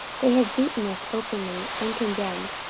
they have beaten us openly uncondemned,